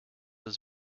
was